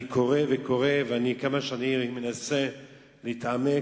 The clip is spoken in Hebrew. אני קורא וקורא, וכמה שאני מנסה להתעמק